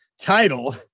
title